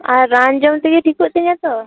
ᱟᱨ ᱨᱟᱱ ᱡᱚᱢ ᱛᱮᱜᱮ ᱴᱷᱤᱠᱚᱜ ᱛᱤᱧᱟᱹ ᱛᱚ